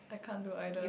I can't do either